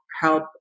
help